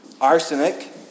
arsenic